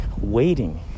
waiting